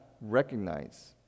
recognize